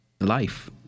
life